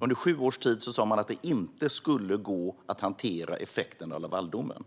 Under sju års tid sa man att det inte skulle gå att hantera effekten av Lavaldomen.